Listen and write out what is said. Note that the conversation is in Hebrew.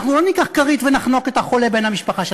אנחנו לא ניקח כרית ונחנוק את בן המשפחה החולה,